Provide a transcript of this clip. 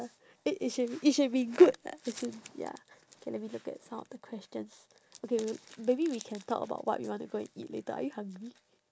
it it should be it should be good lah I think ya okay let me look at some of the questions okay may~ maybe we can talk about what we want to go and eat later are you hungry